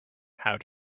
how